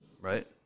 right